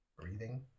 breathing